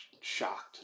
shocked